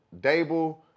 Dable